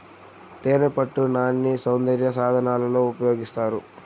తేనెపట్టు నాన్ని సౌందర్య సాధనాలలో ఉపయోగిస్తారు